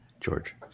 george